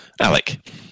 Alec